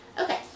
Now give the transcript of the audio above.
Okay